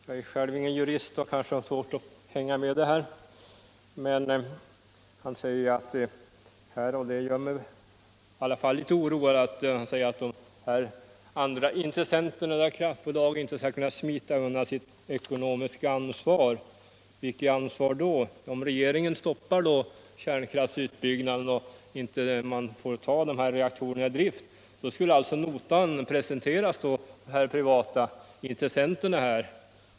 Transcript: Jag är ingen jurist och har kanske svårt att hänga med där, men det gör mig litet oroad när statsrådet säger att andra intressenter i kraftbolagen inte skall kunna smita undan sitt ekonomiska ansvar. Vilket ansvar? Om regeringen stoppar kärnkraftsutbyggnaden och man inte får ta reaktorerna i drift, skulle då notan presenteras för de privata intressenterna?